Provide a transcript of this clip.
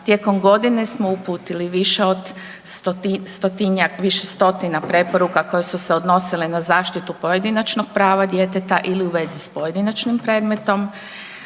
tijekom godine smo uputili više stotina preporuka koje su se odnosile na zaštitu pojedinačnog prava djeteta ili u vezi s pojedinačnim predmetom,